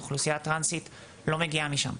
האוכלוסייה הטרנסית לא מגיעה משם.